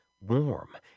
warm